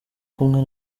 kumwe